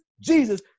Jesus